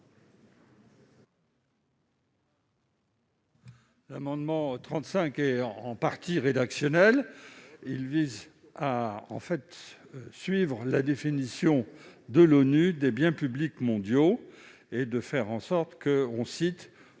amendement est en partie rédactionnel. Il vise à suivre la définition de l'ONU des biens publics mondiaux et, ainsi, à citer